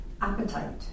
appetite